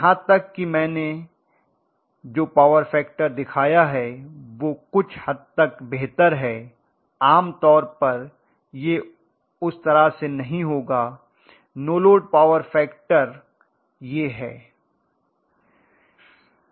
यहां तक कि मैंने जो पावर फैक्टर दिखाया है वह कुछ हद तक बेहतर है आम तौर पर यह उस तरह से नहीं होगा नो लोड पावर फैक्टर यह है